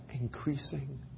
increasing